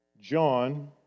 John